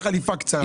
בחליפה הקצרה.